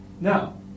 Now